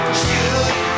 shoot